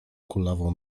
kulawą